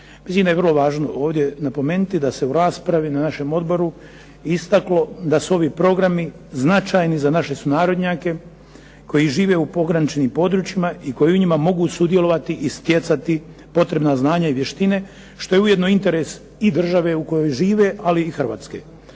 da je vrlo važno ovdje napomenuti da se u raspravi na našem odboru istaklo da su ovi programi značajni za naše sunarodnjake koji žive u pograničnim područjima i koji u njima mogu sudjelovati i stjecati potrebna znanja i vještine, što je ujedno interes i države u kojoj žive, ali i Hrvatske.